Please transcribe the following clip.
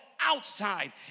outside